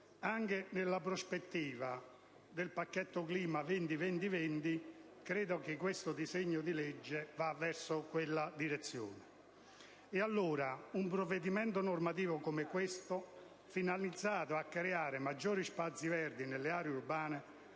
Anche nella prospettiva del pacchetto clima «20-20-20», credo che questo disegno di legge vada in quella direzione. E allora, un provvedimento normativo come quello al nostro esame, finalizzato a creare maggiori spazi verdi nelle aree urbane,